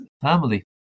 family